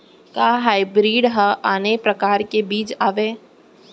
का हाइब्रिड हा आने परकार के बीज आवय?